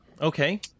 Okay